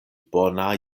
bona